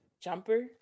jumper